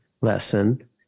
lesson